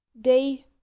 day